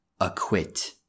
acquit